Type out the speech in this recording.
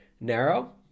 narrow